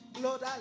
Lord